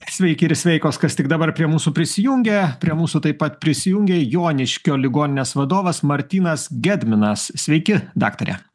sveiki ir sveikos kas tik dabar prie mūsų prisijungė prie mūsų taip pat prisijungė joniškio ligoninės vadovas martynas gedminas sveiki daktare